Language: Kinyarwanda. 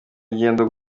ngendo